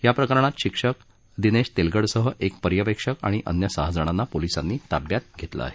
या प्रकरणात शिक्षक दिनेश तेलगडसह एक पर्यवेक्षक आणि अन्य सहा जणांना पोलिसांनी ताब्यात घेतलं आहे